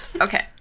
okay